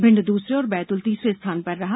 भिंड दूसरे और बैतूल तीसरे स्थान पर रहा